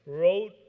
wrote